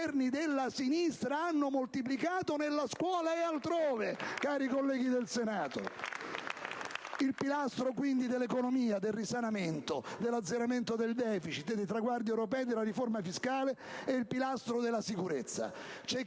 i Governi della sinistra hanno moltiplicato nella scuola e altrove, cari colleghi del Senato. *(Applausi dal Gruppo PdL).* È il pilastro dell'economia, del risanamento, dell'azzeramento del *deficit,* dei traguardi europei, della riforma fiscale e della sicurezza.